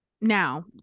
Now